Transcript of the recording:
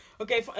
Okay